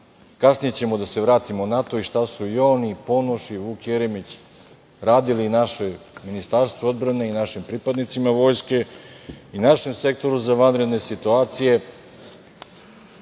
kasnije ćemo da se vratimo na to i šta su i on i Ponoš i Vuk Jeremić radili našem Ministarstvu odbrane i našim pripadnicima Vojske i našem Sektoru za vanredne situacije. Imamo